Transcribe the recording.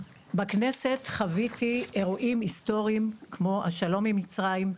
בכנסת חוויתי אירועים היסטוריים כמו השלום עם מצרים,